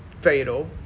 fatal